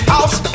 House